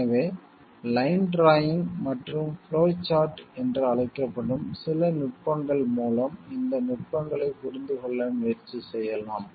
எனவே line drawing மற்றும் flow chart என்று அழைக்கப்படும் சில நுட்பங்கள் மூலம் இந்த நுட்பங்களைப் புரிந்துகொள்ள முயற்சி செய்யலாம்